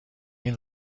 این